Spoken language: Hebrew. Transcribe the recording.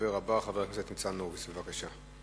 הדובר הבא, חבר הכנסת ניצן הורוביץ, בבקשה.